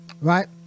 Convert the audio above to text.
right